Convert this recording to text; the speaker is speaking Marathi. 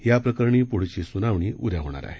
याप्रकरणी पुढची सुनावणी उद्या होणार आहे